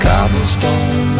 Cobblestone